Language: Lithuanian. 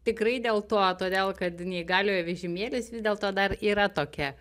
tikrai dėl to todėl kad neįgaliojo vežimėlis vis dėlto dar yra tokia